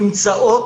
תשמור שם'